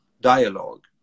dialogue